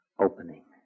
opening